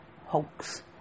hoax